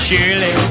Surely